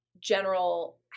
general